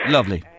Lovely